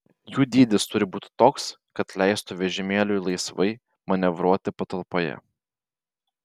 jų dydis turi būti toks kad leistų vežimėliui laisvai manevruoti patalpoje